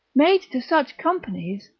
made to such companies,